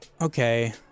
Okay